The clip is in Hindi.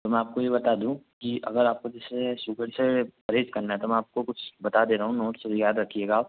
तो मैं आपको ये बता दूँ कि अगर आपको जैसे शुगर से परहेज करना है तो मैं आपको कुछ बता दे रहा हूँ नोट्स वो याद रखिएगा आप